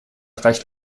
reicht